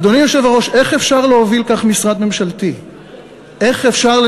אדוני היושב-ראש, איך אפשר להוביל כך משרד ממשלתי?